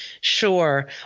Sure